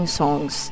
songs